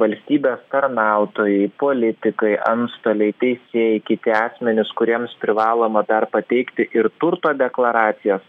valstybės tarnautojai politikai antstoliai teisėjai kiti asmenys kuriems privaloma dar pateikti ir turto deklaracijas